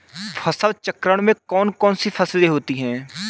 फसल चक्रण में कौन कौन सी फसलें होती हैं?